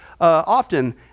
often